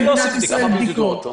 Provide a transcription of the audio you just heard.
למה בודדו אותו?